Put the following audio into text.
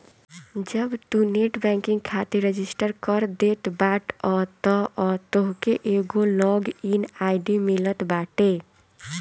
जब तू net banking खातिर रजिस्टर कर देत बाटअ तअ तोहके एगो लॉग इन आई.डी मिलत बाटे